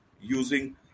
using